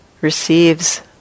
receives